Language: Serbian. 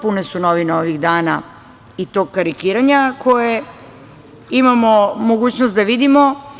Pune su novine ovih dana i tog karikiranja koje imamo mogućnost da vidimo.